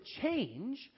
change